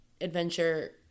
Adventure